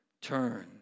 Turn